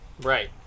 Right